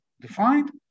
defined